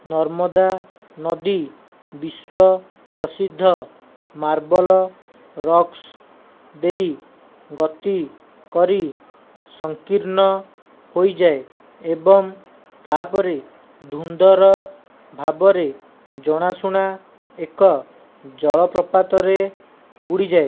ନର୍ମଦା ନଦୀ ବିଶ୍ୱ ପ୍ରସିଦ୍ଧ ମାର୍ବଲ୍ ରକ୍ସ ଦେଇ ଗତି କରି ସଂକୀର୍ଣ୍ଣ ହୋଇଯାଏ ଏବଂ ତା'ପରେ ଧୁନ୍ଧର ଭାବରେ ଜଣାଶୁଣା ଏକ ଜଳପ୍ରପାତରେ ବୁଡ଼ିଯାଏ